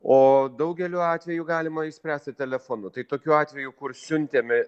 o daugeliu atvejų galima išspręsti telefonu tai tokių atvejų kur siuntėme